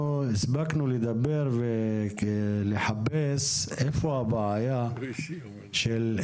שהגעת הספקנו לדבר ולחפש איפה הבעיה בהתקדמות